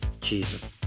Jesus